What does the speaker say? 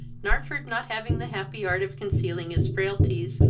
narford not having the happy art of concealing his frailties,